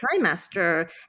trimester